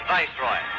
Viceroy